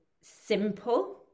simple